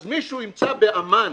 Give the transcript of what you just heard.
אז מישהו ימצא בעמאן